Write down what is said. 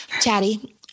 Chatty